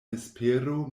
vespero